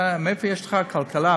מאיפה יש לך כלכלה?